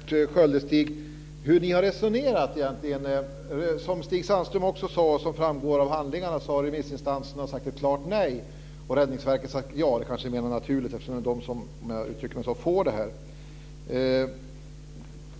Fru talman! Jag tänkte bara höra med Berndt Sköldestig hur ni egentligen har resonerat. Som också Stig Sandström sade och som framgår av handlingarna har remissinstanserna sagt ett klart nej och Räddningsverket sagt ja. Det kanske är mer naturligt, eftersom det är det som får något, om jag uttrycker mig så.